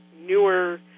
newer